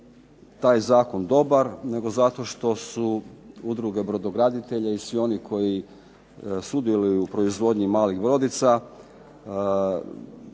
taj Zakon dobar, nego zato što su udruge brodograditelja i svi oni koji sudjeluju u proizvodnji malih brodica